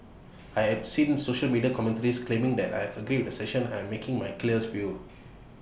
I have seen social media commentaries claiming that I had agreed with the assertion I'm making my views clear